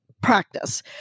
practice